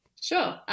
sure